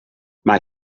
mae